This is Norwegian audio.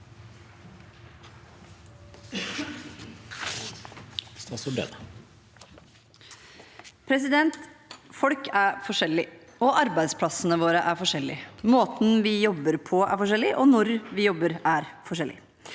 Folk er forskjelli- ge, og arbeidsplassene våre er forskjellige. Måten vi jobber på, er forskjellig, og når vi jobber, er forskjellig.